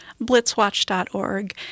Blitzwatch.org